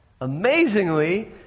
Amazingly